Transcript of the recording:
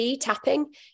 tapping